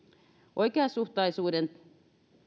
oikeasuhtaisuuden